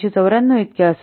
8294 इतके असेल